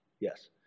Yes